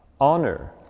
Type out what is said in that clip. Honor